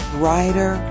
brighter